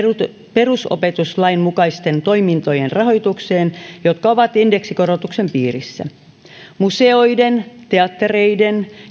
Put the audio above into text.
perusopetuslain mukaisten toimintojen rahoitukseen jotka ovat indeksikorotuksen piirissä museoiden teattereiden